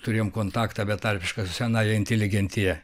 turėjom kontaktą betarpišką su senąja inteligentija